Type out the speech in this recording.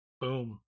boom